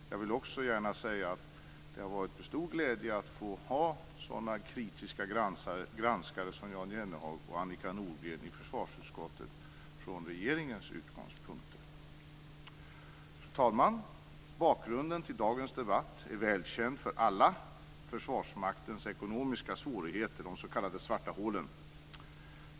Jag vill också gärna säga att det har varit en stor glädje att få ha sådana kritiska granskare som Jan Jennehag och Annika Nordgren i försvarsutskottet från regeringens utgångspunkter. Fru talman! Bakgrunden till dagens debatt är välkänd för alla - Försvarsmaktens ekonomiska svårigheter, de s.k. svarta hålen.